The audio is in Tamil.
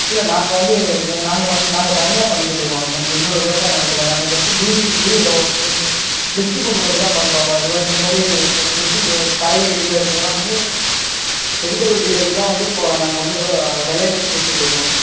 இல்லை நாங்கள் வந்து ஏ நாங்கள் பண் நாங்கள் தனியாக பண்ணிக்கிட்டு இருக்கோம் இன்னும் எங்களோட விவசாய நிலத்துல நாங்கள் ஜஸ்ட்டு டீல் டீல் ஓ டிஸ்டிரிபியூட் மட்டும் தான் பண்ணுறோம் வெ விவச இந்த மாதிரி டிஸ்டிரிபியூட் காய்கறி டீலர்க்குலாம் வந்து வெஜிடேபிள் டீலருக்குலாம் வந்து இப்போ நாங்கள் வந்து விளைய வச்சிக் கொடுத்துட்ருக்கோம்